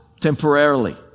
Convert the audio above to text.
temporarily